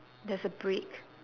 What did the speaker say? there's a brick